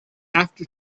after